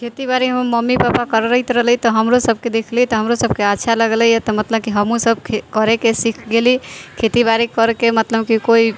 खेती बारी हमर मम्मी पापा करैत रहलै तऽ हमरोसभके देखलियै तऽ हमरोसभके अच्छा लगलैए तऽ मतलब कि हमहूँसभ करयके सीख गेली खेती बारी करयके मतलब कि कोइ